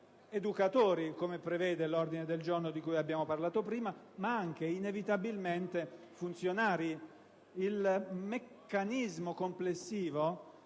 educatori, come prevede l'ordine del giorno di cui abbiamo parlato prima, ma anche, inevitabilmente, di funzionari. Il meccanismo complessivo